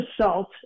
salt